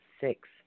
six